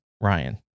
Ryan